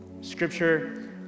Scripture